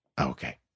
Okay